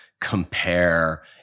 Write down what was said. compare